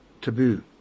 taboo